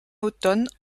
automne